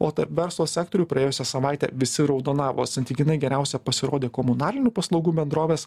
o verslo sektoriuj praėjusią savaitę visi raudonavo santykinai geriausia pasirodė komunalinių paslaugų bendrovės